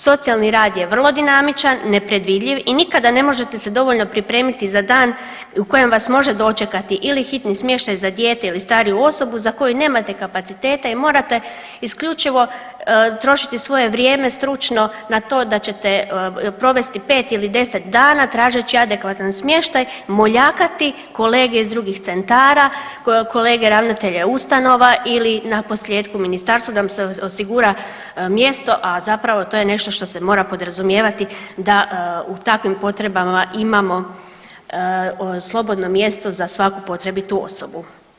Socijalni rad je vrlo dinamičan, nepredvidljiv i nikada ne možete se dovoljno pripremiti za dan u kojem vas može dočekati ili hitni smještaj za dijete ili stariju osobu za koju nemate kapaciteta i morate isključivo trošiti svoje vrijeme stručno na to da ćete provesti pet ili deset dana tražeći adekvatan smještaj, moljakati kolege iz drugih centara, kolege ravnatelja ustanova ili na posljetku Ministarstvo da mu se osigura mjesto, a zapravo to je nešto što se mora podrazumijevati da u takvim potrebama imamo slobodno mjesto za svaku potrebitu osobu.